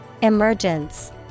Emergence